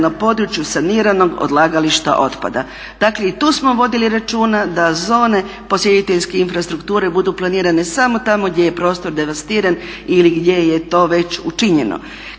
na području saniranog odlagališta otpada. Dakle i tu smo vodili računa da zone posjetiteljske infrastrukture budu planirane samo tamo gdje je prostor devastiran ili gdje je to već učinjeno.